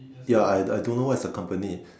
ya I I don't know what is the company